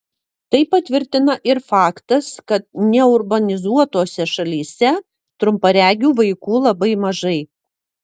tai patvirtina ir faktas kad neurbanizuotose šalyse trumparegių vaikų labai mažai